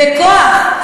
בכוח.